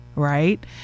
Right